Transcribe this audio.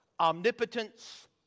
omnipotence